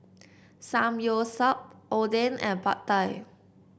Samgyeopsal Oden and Pad Thai